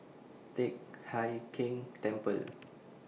Teck Hai Keng Temple